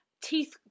Teeth